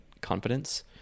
confidence